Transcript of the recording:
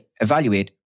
evaluate